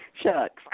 Shucks